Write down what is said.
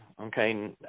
okay